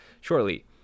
shortly